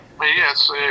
Yes